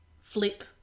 flip